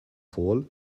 fall